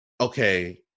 okay